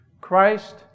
Christ